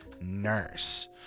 nurse